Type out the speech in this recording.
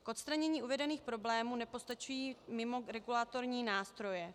K odstranění uvedených problémů nepostačují mimoregulatorní nástroje.